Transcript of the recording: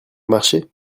marché